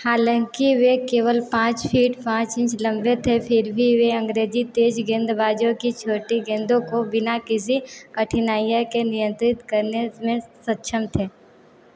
हालाँकि वे केवल पाँच फीट पाँच इंच लंबे थे फिर भी वे अंग्रेजी तेज गेंदबाजों की छोटी गेंदों को बिना किसी कठिनाईयाँ के नियंत्रित करने में सक्षम थे